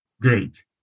great